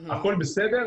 הכול בסדר,